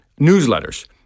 Newsletters